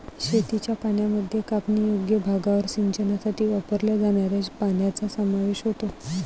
शेतीच्या पाण्यामध्ये कापणीयोग्य भागावर सिंचनासाठी वापरल्या जाणाऱ्या पाण्याचा समावेश होतो